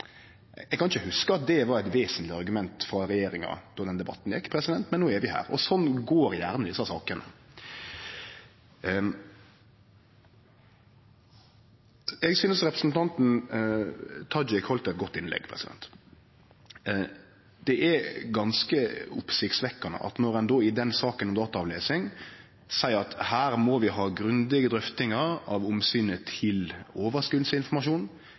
Eg kan ikkje hugse at det var eit vesentleg argument frå regjeringa då denne debatten gjekk, men no er vi her, og sånn går gjerne desse sakene. Eg synest representanten Tajik heldt eit godt innlegg. Det er ganske oppsiktsvekkjande at ein når ein i saka om dataavlesing seier at her må vi ha grundige drøftingar av omsynet til